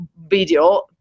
video